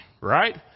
Right